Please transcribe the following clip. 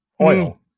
oil